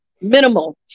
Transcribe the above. minimal